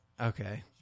Okay